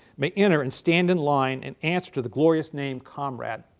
may enter and stand in line and answer to the glorious name comrade.